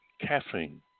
caffeine